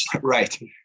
right